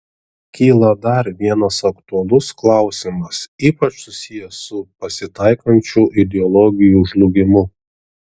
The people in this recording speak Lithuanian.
kyla dar vienas aktualus klausimas ypač susijęs su pasitaikančiu ideologijų žlugimu